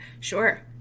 Sure